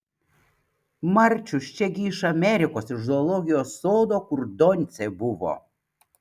marčius čia gi iš amerikos iš zoologijos sodo kur doncė buvo